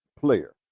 player